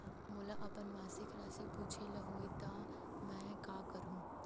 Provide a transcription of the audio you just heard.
मोला अपन मासिक राशि पूछे ल होही त मैं का करहु?